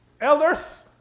Elders